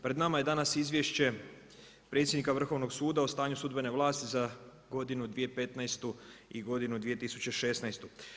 Pred nama je danas izvješće predsjednika Vrhovnoga suda o stanju sudbene vlasti za godinu 2015. i godinu 2016.